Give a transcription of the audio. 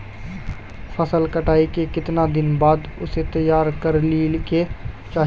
फसल कटाई के कीतना दिन बाद उसे तैयार कर ली के चाहिए?